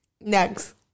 Next